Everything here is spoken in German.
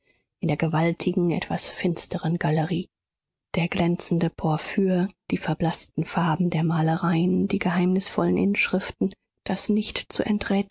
in der gewaltigen etwas finsteren galerie der glänzende porphyr die verblaßten farben der malereien die geheimnisvollen inschriften das nicht zu